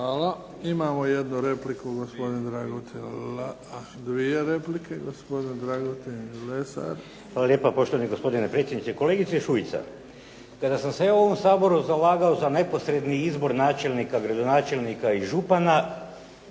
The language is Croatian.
Hvala. Imamo dvije replike. Gospodin Dragutin Lesar. **Lesar, Dragutin (Nezavisni)** Hvala lijepa. Poštovani gospodine predsjedniče. Kolegice Šuica, kada sam se ja u ovom Saboru zalagao za neposredni izbor načelnika, gradonačelnika i župana